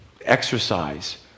exercise